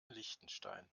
liechtenstein